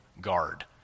guard